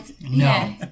No